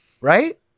Right